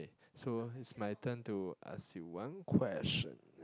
so it's my turn to ask you one question